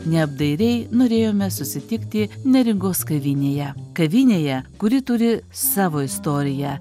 neapdairiai norėjome susitikti neringos kavinėje kavinėje kuri turi savo istoriją